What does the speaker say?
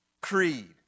creed